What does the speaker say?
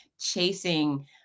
chasing